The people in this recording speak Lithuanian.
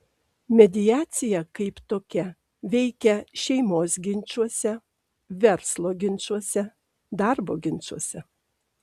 mediacija kaip tokia veikia šeimos ginčuose verslo ginčuose darbo ginčuose